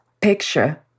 picture